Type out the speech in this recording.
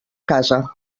casa